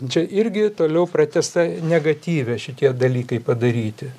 čia irgi toliau pratęsta negatyve šitie dalykai padaryti